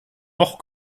noch